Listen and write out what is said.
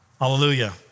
Hallelujah